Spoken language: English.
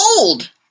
old